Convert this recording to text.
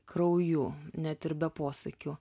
krauju net ir be posakių